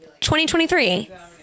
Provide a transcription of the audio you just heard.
2023